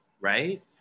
right